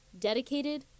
dedicated